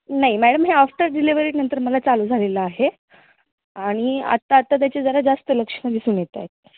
नाही मॅडम हे आफ्टर डिलेवरीनंतर मला चालू झालेलं आहे आणि आत्ता आत्ता त्याचे जरा जास्त लक्षणं दिसून येत आहेत